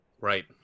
Right